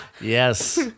Yes